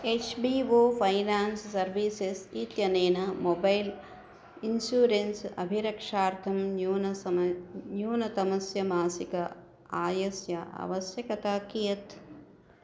H B O finance services इत्यनेन mobile insurance अभिरक्षार्थं न्यूनसमये न्यूनतमस्य मासिक आयस्य आवश्यकता कियती